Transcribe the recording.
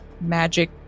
magic